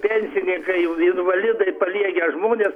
pensininkai jau invalidai paliegę žmonės